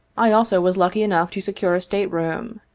i also was lucky enough to secure a state room.